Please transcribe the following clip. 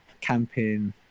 camping